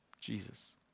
Jesus